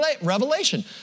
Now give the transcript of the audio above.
Revelation